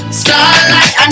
starlight